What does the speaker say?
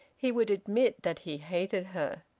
he would admit that he hated her.